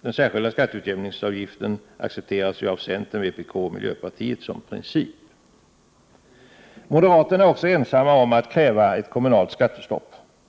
den särskilda skatteutjämningsavgiften i princip accepteras av centern, vpk och miljöpartiet. Moderaterna är också ensamma om att kräva ett kommunalt skattestopp.